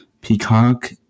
peacock